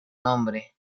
nombre